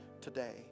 today